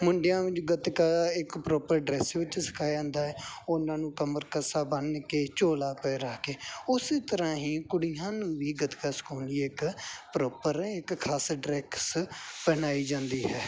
ਮੁੰਡਿਆਂ ਵਿੱਚ ਗੱਤਕਾ ਇੱਕ ਪ੍ਰੋਪਰ ਡਰੈਸ ਵਿੱਚ ਸਿਖਾਇਆ ਜਾਂਦਾ ਹੈ ਉਹਨਾਂ ਨੂੰ ਕਮਰਕੱਸਾ ਬੰਨ੍ਹ ਕੇ ਚੋਲਾ ਪਹਿਨਾ ਕੇ ਉਸ ਤਰ੍ਹਾਂ ਹੀ ਕੁੜੀਆਂ ਨੂੰ ਵੀ ਗੱਤਕਾ ਸਿਖਾਉਣ ਲਈ ਇੱਕ ਪ੍ਰੋਪਰ ਇੱਕ ਖਾਸ ਡਰੈਕਸ ਪਹਿਨਾਈ ਜਾਂਦੀ ਹੈ